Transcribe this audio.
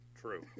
True